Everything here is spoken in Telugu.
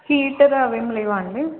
హీటర్ అవేం లేవా అండి